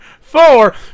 four